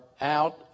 out